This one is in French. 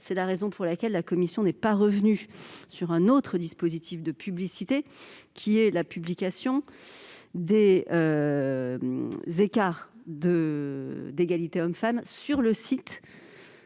C'est la raison pour laquelle la commission n'est pas revenue sur un autre dispositif de publicité, à savoir la publication des écarts d'égalité hommes-femmes sur le site